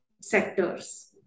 sectors